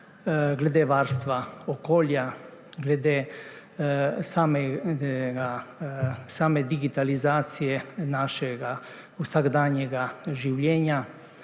varstva okolja, glede same digitalizacije našega vsakdanjega življenja.